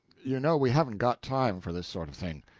you know we haven't got time for this sort of thing.